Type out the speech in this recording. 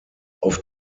auf